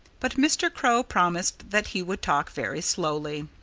but mr. crow promised that he would talk very slowly.